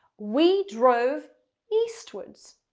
we drove eastwards